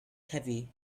heavy